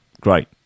Great